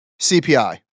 CPI